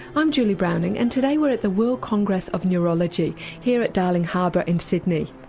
i'm julie browning and today we're at the world congress of neurology here at darling harbour in sydney.